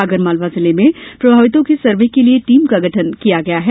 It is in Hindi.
आगरमालवा जिले में प्रभावितों के सर्वे के लिए टीम का गठन किया गया है